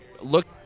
look